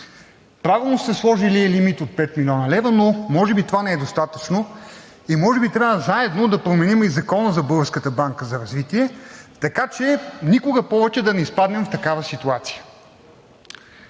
Правилно сте сложили лимит от 5 млн. лв., но може би и това не е достатъчно. Може би трябва заедно да променим и Закона за Българската банка за развитие, така че никога повече да не изпаднем в такава ситуация.